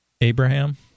Abraham